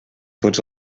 tots